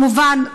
כמובן,